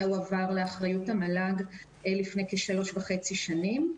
הועבר לאחריות המל"ג לפני כשלוש וחצי שנים,